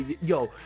Yo